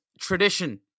tradition